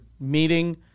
meeting